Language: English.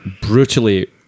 brutally